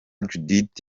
judith